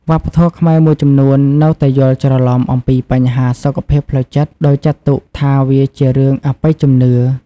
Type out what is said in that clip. វប្បធម៌ខ្មែរមួយចំនួននៅតែយល់ច្រឡំអំពីបញ្ហាសុខភាពផ្លូវចិត្តដោយចាត់ទុកថាវាជារឿងអបិយជំនឿ។